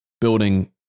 building